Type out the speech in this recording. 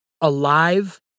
Alive